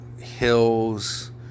Hills